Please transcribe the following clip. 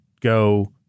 go –